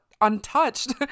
untouched